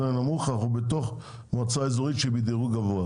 נמוך בתוך מועצה אזורית שהיא בדירוג גבוה.